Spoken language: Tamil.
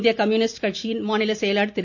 இந்திய கம்யூனிஸ்ட் கட்சியின் மாநில செயலாளர் திரு